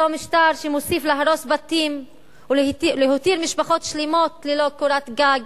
אותו משטר שמוסיף להרוס בתים ולהותיר משפחות שלמות ללא קורת גג.